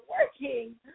working